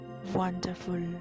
Wonderful